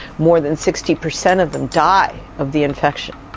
more than sixty percent of them die of the infection.